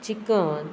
chicken